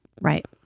Right